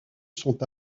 sont